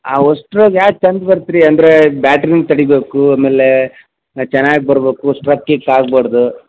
ಅವ ಅಷ್ಟ್ರಾಗ ಯಾವ್ದು ಚಂದ ಬರತ್ತೆ ರೀ ಅಂದರೆ ಬ್ಯಾಟ್ರೀನು ತಡಿಬೇಕು ಆಮೇಲೆ ಚೆನ್ನಾಗಿ ಬರಬೇಕು ಸ್ಟ್ರಕ್ ಗೀಕ್ ಆಗ್ಬಾರದು